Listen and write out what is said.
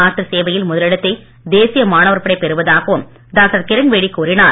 நாட்டுச் சேவையில் முதலிடத்தைப் தேசிய மாணவர் படை பெறுவதாகவும் கிரண்பேடி கூறினார்